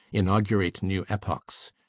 inaugurate new epochs,